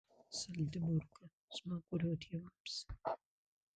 saldi morka smagurio dievams